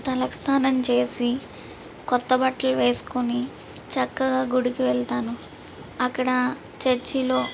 తల స్నానం చేసి కొత్త బట్టలు వేసుకొని చక్కగా గుడికి వెళ్తాను అక్కడ చర్చిలో